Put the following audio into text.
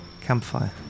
campfire